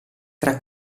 tra